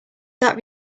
that